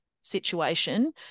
situation